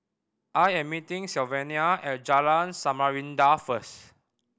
I am meeting Sylvania at Jalan Samarinda first